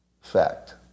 Fact